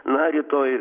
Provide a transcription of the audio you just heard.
na rytoj